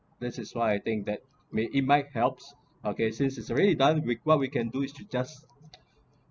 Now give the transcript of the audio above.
this is why I think that may it might helps okay since is already done what we can do is to just